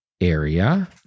area